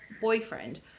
boyfriend